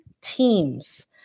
teams